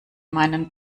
meinen